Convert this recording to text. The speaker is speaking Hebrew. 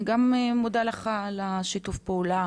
אני גם מודה לך על שיתוף הפעולה